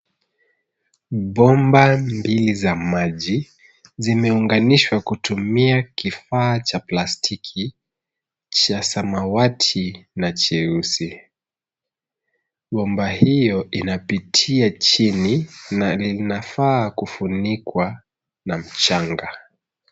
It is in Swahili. Bomba mbili za maji zimeunganishwa kutumia kifaa cha plastiki cha samawati na cheusi. Bomba hiyo inapitia chini na linafaa kufunikwa na mchanga.